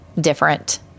different